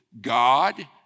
God